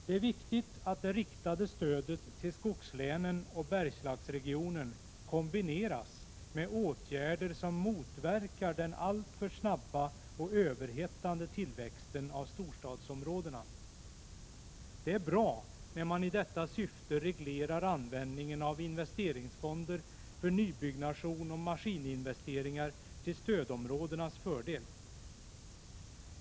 Det är viktigt att det riktade stödet till skogslänen och Bergslagsregionen kombineras med åtgärder som motverkar den alltför snabba och överhettade tillväxten av storstadsområdena. Det är bra när man i detta syfte reglerar användningen av investeringsfonder för nybyggnation och maskininvesteringar till stödområdenas fördel.